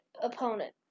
opponent